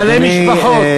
בעלי משפחות.